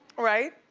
right?